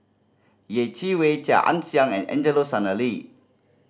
Yeh Chi Wei Chia Ann Siang and Angelo Sanelli